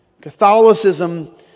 Catholicism